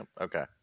Okay